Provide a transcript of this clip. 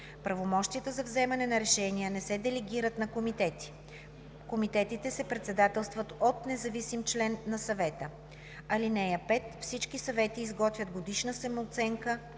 Правомощията за вземане на решения не се делегират на комитети. Комитетите се председателстват от независим член на съвета. (5) Всички съвети изготвят годишни самооценки